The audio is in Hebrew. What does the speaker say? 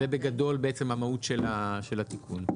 זה בגדול המהות של התיקון.